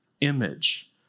image